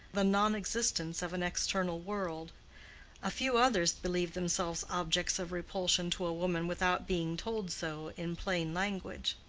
the non-existence of an external world a few others believe themselves objects of repulsion to a woman without being told so in plain language.